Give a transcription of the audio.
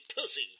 pussy